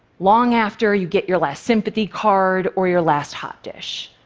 long after you get your last sympathy card or your last hot dish.